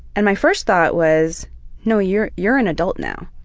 and my first thought was no you're you're an adult now,